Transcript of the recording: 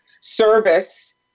service